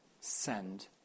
send